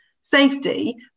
safety